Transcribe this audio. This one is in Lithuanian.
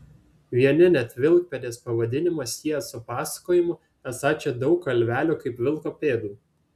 vieni net vilkpėdės pavadinimą sieja su pasakojimu esą čia daug kalvelių kaip vilko pėdų